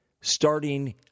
Starting